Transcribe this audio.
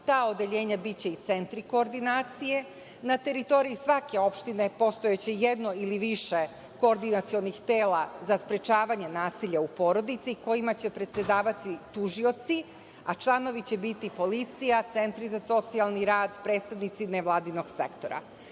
ta odeljenja biće i centri koordinacije. Na teritoriji svake opštine postojaće jedno ili više koordinacionih tela za sprečavanje nasilja u porodici, kojima će predsedavati tužioci, a članovi će biti policija, centri za socijalni rad, predstavnici nevladinog sektora. Dakle,